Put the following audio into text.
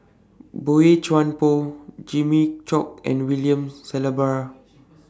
Boey Chuan Poh Jimmy Chok and William Shellabear